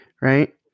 Right